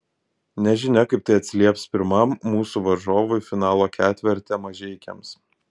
nežinia kaip tai atsilieps pirmam mūsų varžovui finalo ketverte mažeikiams